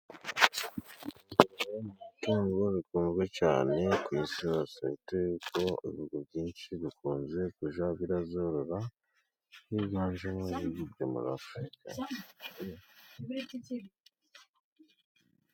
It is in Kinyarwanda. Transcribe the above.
Ingurube ni itungo rikunzwe cyane ku isi hose, bitewe n'uko ibihugu byinshi bikunze kujya birazorora, higanjemo ibi byo muri afurika.